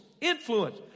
Influence